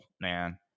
man